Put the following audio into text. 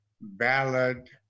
ballad